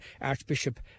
Archbishop